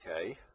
okay